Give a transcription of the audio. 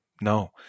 no